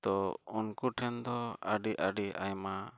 ᱛᱳ ᱩᱱᱠᱩ ᱴᱷᱮᱱ ᱫᱚ ᱟᱹᱰᱤᱼᱟᱹᱰᱤ ᱟᱭᱢᱟ